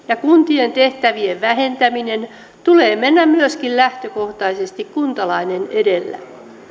ja kuntien tehtävien vähentämisessä tulee mennä lähtökohtaisesti kuntalainen edellä